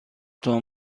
تان